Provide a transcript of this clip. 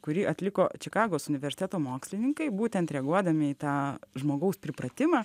kurį atliko čikagos universiteto mokslininkai būtent reaguodami į tą žmogaus pripratimą